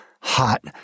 hot